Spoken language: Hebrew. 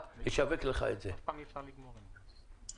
אי-אפשר לכתוב.